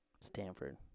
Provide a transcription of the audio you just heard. Stanford